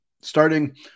Starting